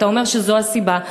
אתה אומר שזו הסיבה,